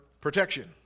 protection